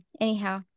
anyhow